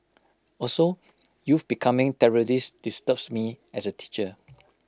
also youth becoming terrorists disturbs me as A teacher